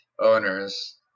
owners